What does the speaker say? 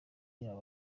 yabo